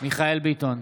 מיכאל מרדכי ביטון,